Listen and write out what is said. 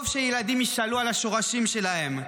טוב שילדים ישאלו על השורשים שלהם,